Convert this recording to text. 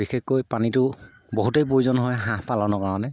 বিশেষকৈ পানীটো বহুতেই প্ৰয়োজন হয় হাঁহ পালনৰ কাৰণে